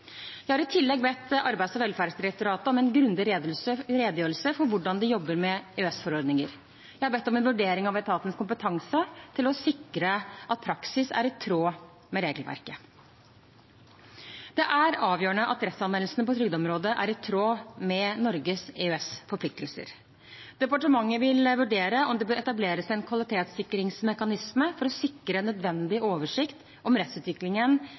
har i tillegg bedt Arbeids- og velferdsdirektoratet om en grundig redegjørelse for hvordan de jobber med EØS-forordninger. Jeg har bedt om en vurdering av etatens kompetanse til å sikre at praksis er i tråd med regelverket. Det er avgjørende at rettsanvendelsen på trygdeområdet er i tråd med Norges EØS-forpliktelser. Departementet vil vurdere om det bør etableres en kvalitetssikringsmekanisme for å sikre nødvendig oversikt over rettsutviklingen